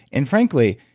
and frankly,